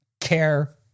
care